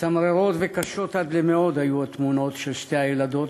מצמררות וקשות עד למאוד היו התמונות של שתי הילדות